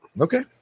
Okay